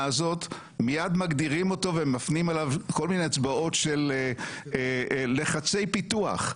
הזאת מיד מגדירים אותו ומפנים אליו כל מיני אצבעות של לחצי פיתוח.